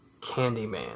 Candyman